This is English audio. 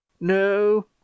no